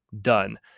done